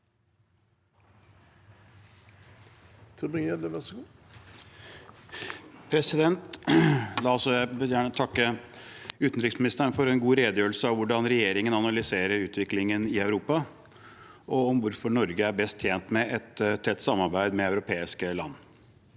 Jeg vil gjerne takke utenriksministeren for en god redegjørelse om hvordan regjeringen analyserer utviklingen i Europa, og om hvorfor Norge er best tjent med et tett samarbeid med europeiske land.